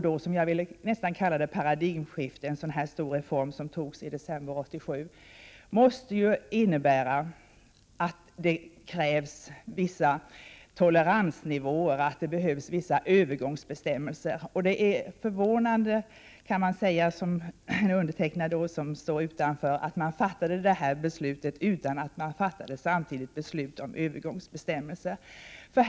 En så stor reform som den man fattade beslut om i december 1987 — jag vill nästan kalla den för ett paradigmskifte — måste innebära att det krävs vissa toleransnivåer, att det behövs vissa övergångsbestämmelser. Det är förvånande att detta beslut fattades utan att man samtidigt fattade beslut om övergångsbestämmelser.